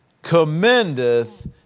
commendeth